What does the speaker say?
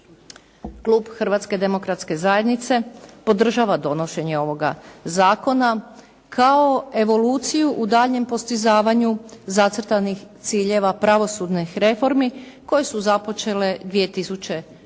Klub Hrvatske demokratske zajednice podržava donošenje ovoga zakona, kao evoluciju u daljnjem postizavanju zacrtanih ciljeva pravosudnih reformi koji su započeli 2005.